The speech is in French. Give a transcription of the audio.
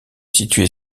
situé